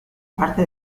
parte